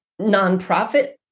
Nonprofit